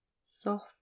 Soft